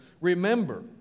remember